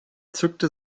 zückte